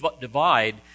divide